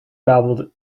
babbled